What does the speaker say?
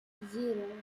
zero